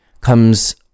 comes